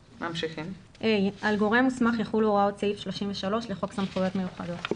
על גורם מוסמך יחולו הוראות סעיף 33 לחוק סמכויות מיוחדות.